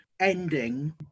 Ending